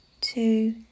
Two